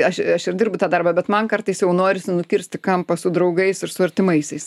aš aš ir dirbu tą darbą bet man kartais jau norisi nukirsti kampą su draugais ir su artimaisiais